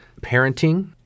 parenting